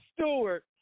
Stewart